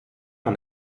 man